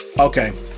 Okay